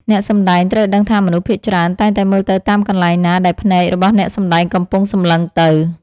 អ្នកសម្តែងត្រូវដឹងថាមនុស្សភាគច្រើនតែងតែមើលទៅតាមកន្លែងណាដែលភ្នែករបស់អ្នកសម្តែងកំពុងសម្លឹងទៅ។